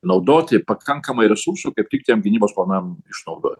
naudoti pakankamai resursų kaip tik tiem gynybos planam išnaudot